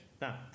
Now